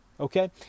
Okay